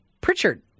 Pritchard